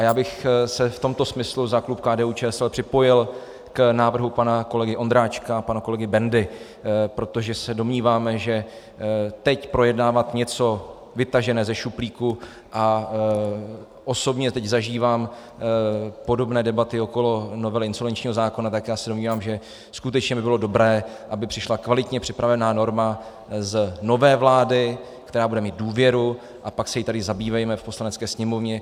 Já bych se v tomto smyslu za klub KDUČSL připojil k návrhu pana kolegy Ondráčka a pana kolegy Bendy, protože se domníváme, že teď projednávat něco vytaženého ze šuplíku, a osobně teď zažívám podobné debaty okolo novely insolvenčního zákona, tak já se domnívám, že skutečně by bylo dobré, aby přišla kvalitně připravená norma z nové vlády, která bude mít důvěru, a pak se jí tady zabývejme v Poslanecké sněmovně.